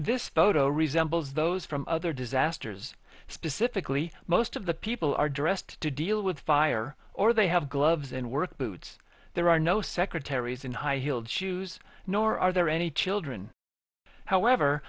this photo resembles those from other disasters specifically most of the people are dressed to deal with fire or they have gloves and work boots there are no secretaries in high heeled shoes nor are there any children however